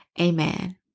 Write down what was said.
Amen